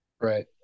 Right